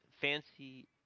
Fancy